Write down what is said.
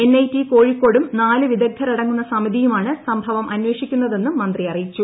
NIT കോഴിക്കോടും നാല് വിദഗ്ധരടങ്ങുന്ന സമിതിയുമാണ് സംഭവം അന്വേഷിക്കുന്നതെന്നും മന്ത്രി അറിയിച്ചു